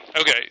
Okay